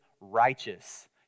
righteous